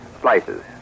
slices